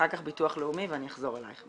אחר כך ביטוח לאומי ואני אחזור אלייך.